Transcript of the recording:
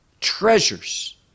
treasures